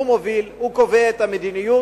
הוא מוביל, הוא קובע את המדיניות.